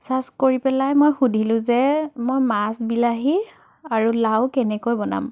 search কৰি পেলাই মই সুধিলোঁ যে মই মাছ বিলাহী আৰু লাও কেনেকৈ বনাম